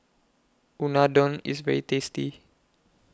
Unadon IS very tasty